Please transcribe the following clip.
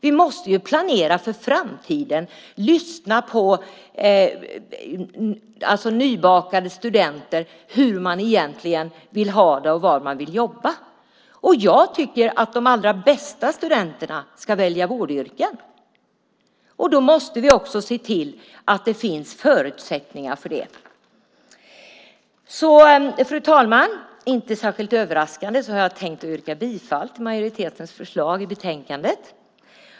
Vi måste planera för framtiden och lyssna på vad nybakade studenter vill ha och var de vill jobba. Jag tycker att de allra bästa studenterna ska välja vårdyrken. Då måste vi också se till att det finns förutsättningar för det. Fru talman! Inte särskilt överraskande yrkar jag bifall till majoritetens förslag i betänkandet.